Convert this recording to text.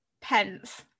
pence